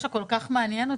שקף 29 מאוד מעניין אותי,